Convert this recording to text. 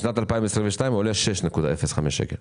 בשנת 2022 הוא עולה 6.05 שקל.